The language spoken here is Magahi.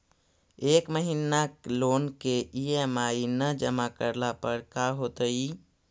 एक महिना लोन के ई.एम.आई न जमा करला पर का होतइ?